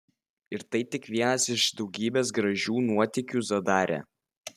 ir tai tik vienas iš daugybės gražių nuotykių zadare